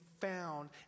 found